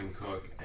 Cook